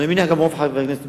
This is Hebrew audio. ואני מניח שגם רוב חברי הכנסת,